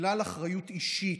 בגלל אחריות אישית,